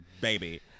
Baby